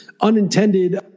unintended